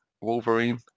Wolverine